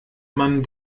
man